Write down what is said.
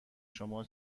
شما